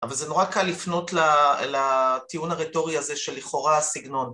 אבל זה נורא קל לפנות לטיעון הרטורי הזה של לכאורה הסגנון.